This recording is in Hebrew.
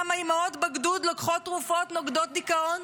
כמה אימהות בגדוד לוקחות תרופות נוגדי דיכאון